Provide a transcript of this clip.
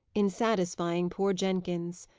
in satisfying poor jenkins.